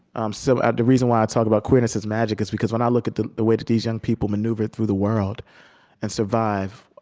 um so the reason why i talk about queerness is magic is because when i look at the the way that these young people maneuver through the world and survive,